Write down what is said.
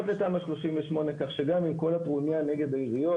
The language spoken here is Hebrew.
לתמ"א 38. כך שגם עם כל הטרוניה נגד העיריות,